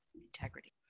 integrity